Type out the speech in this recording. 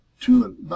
two